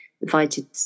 invited